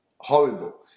horrible